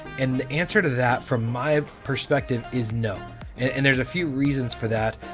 and the answer to that from my perspective is no and there's a few reasons for that.